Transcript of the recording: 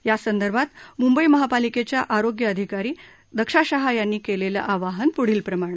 यासंदर्भात मुंबई महापालिकेच्या आरोग्य अधिकारी दक्षा शहा यांनी केलेले आवाहन प्ढील प्रमाणे